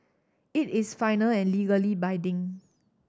it is final and legally binding